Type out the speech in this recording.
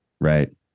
right